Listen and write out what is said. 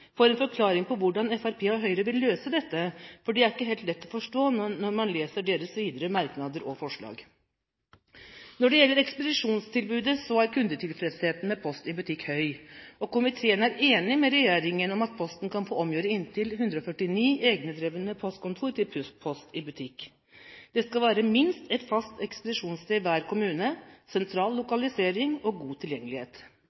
får en forklaring på hvordan Fremskrittspartiet og Høyre vil løse dette, for det er ikke helt lett å forstå når man leser deres videre merknader og forslag. Når det gjelder ekspedisjonstilbudet, er kundetilfredsheten med Post i Butikk høy. Komiteen er enig med regjeringen i at Posten kan få omgjøre inntil 149 egendrevne postkontor til Post i Butikk. Det skal være minst ett fast ekspedisjonssted i hver kommune, sentral